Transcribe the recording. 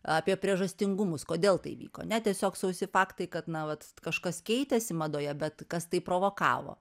apie priežastingumus kodėl tai vyko ne tiesiog sausi faktai kad na vat kažkas keitėsi madoje bet kas tai provokavo